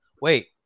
Wait